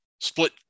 split